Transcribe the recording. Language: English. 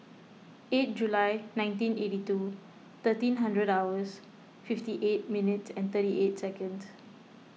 eight July nineteen eighty two thirteen hundred hours fifty eight minutes and thirty eight seconds